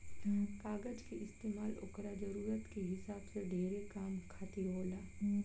कागज के इस्तमाल ओकरा जरूरत के हिसाब से ढेरे काम खातिर होला